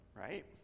right